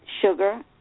sugar